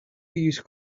use